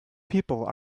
people